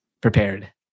prepared